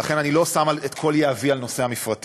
ולכן אני לא שם את כל יהבי על נושא המפרטים,